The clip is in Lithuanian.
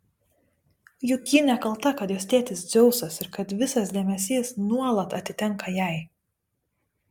juk ji nekalta kad jos tėtis dzeusas ir kad visas dėmesys nuolat atitenka jai